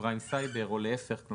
ובסוגריים סייבר או להפך.